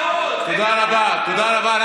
תודה רבה, תודה רבה.